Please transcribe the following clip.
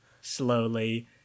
slowly